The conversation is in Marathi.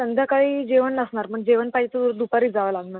संध्याकाळी जेवण नसणार पण जेवण पाहिजे तू दुपारीच जावं लागणार